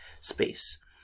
space